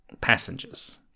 passengers